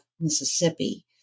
Mississippi